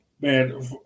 Man